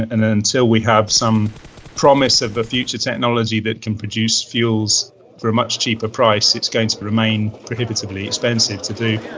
and until we have some promise of a future technology that can produce fuels for a much cheaper price, it's going to remain prohibitively expensive to do.